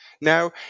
Now